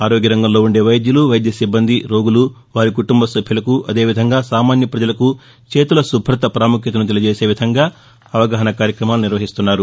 ఆరోగ్య రంగంలో ఉండే వైద్యులు వైద్య సిబ్బంది రోగులు వారి కుటుంబ సభ్యులకు అదే విధంగా సామాన్య పజలకు చేతుల శుభ్రత పాముఖ్యతను తెలియజేసే విధంగా అవగాహన కార్యక్రమాలు నిర్వహిస్తున్నారు